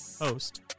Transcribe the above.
host